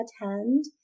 attend